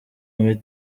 muri